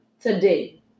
today